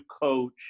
coach